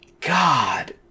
God